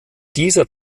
dieser